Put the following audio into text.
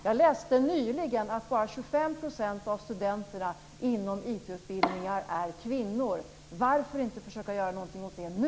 Jag läste nyligen att bara 25 % av studenterna inom IT-utbildningar är kvinnor. Varför inte försöka göra någonting åt det nu?